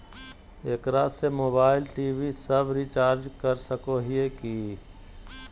एकरा से mobile TV सब रिचार्ज कर सको हियै की?